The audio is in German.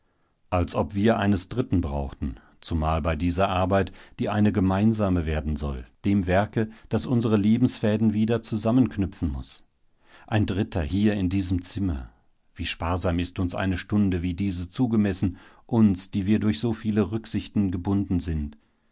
als ob wir eines dritten brauchten zumal bei dieser arbeit die eine gemeinsame werden soll dem werke das unsere lebensfäden wieder zusammenknüpfen muß ein dritter hier in diesem zimmer wie sparsam ist uns eine stunde wie diese zugemessen uns die wir durch so viele rücksichten gebunden sind